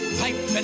pipe